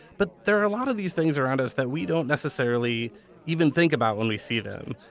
but there are a lot of these things around us that we don't necessarily even think about when we see them.